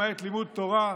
למעט לימוד תורה,